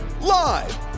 Live